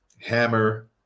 Hammer